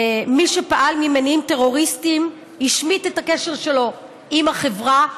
מי שפעל ממניעים טרוריסטיים השמיט את הקשר שלו עם החברה,